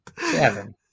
Seven